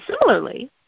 similarly